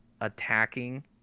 attacking